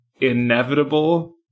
inevitable